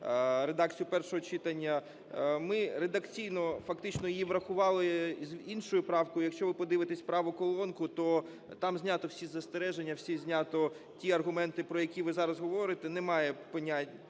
редакцію першого читання. Ми редакційно, фактично, її врахували з іншою правкою. Якщо ви подивитесь праву колонку, то там знято всі застереження, всі знято ті аргументи, про які ви зараз говорите, немає терміну